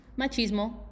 machismo